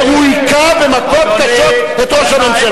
הוא הכה במכות קשות את ראש הממשלה.